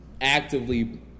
actively